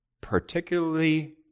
Particularly